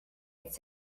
its